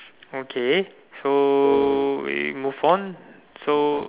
okay so we move on so